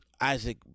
Isaac